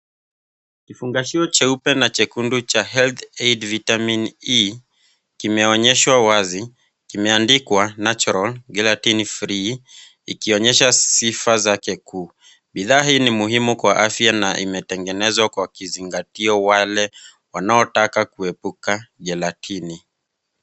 Kifungashio cheupe na chekundu cha Health Aid Vitamin E kimeonyeshwa wazi. Kimeandikwa natural gelatine free ikionyesha sifa zake kuu. Bidhaa hii ni muhimu kwa afya na imetengenezwa kwa kizingatio wale wanaotaka kuepuka gelatini.